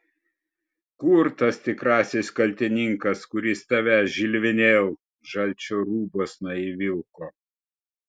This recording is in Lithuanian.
kur tas tikrasis kaltininkas kuris tave žilvinėl žalčio rūbuosna įvilko